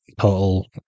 Total